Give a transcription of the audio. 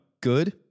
good